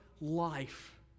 life